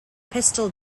pistol